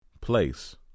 Place